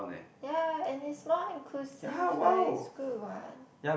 ya and is more inclusive right is good what